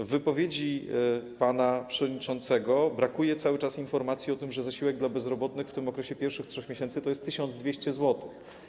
W wypowiedzi pana przewodniczącego brakuje cały czas informacji o tym, że zasiłek dla bezrobotnych w tym okresie pierwszych 3 miesięcy wynosi 1200 zł.